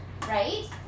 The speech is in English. right